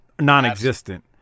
non-existent